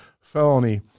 felony